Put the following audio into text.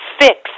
fix